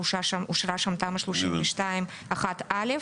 אושרה שם תמ"א 1/32/א,